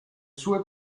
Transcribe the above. sue